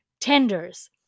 tenders